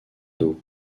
d’eau